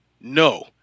No